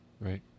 Right